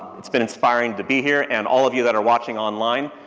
it's been inspiring to be here, and all of you that are watching online,